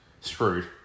Screwed